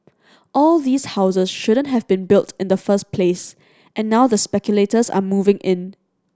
all these houses shouldn't have been built in the first place and now the speculators are moving in